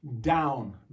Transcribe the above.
down